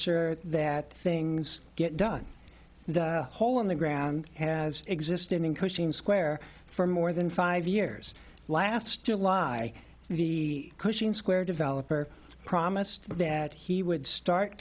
sure that things get done and the hole in the ground has existed in cushing square for more than five years last july the cushing square developer promised that he would start